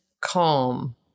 calm